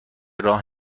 راه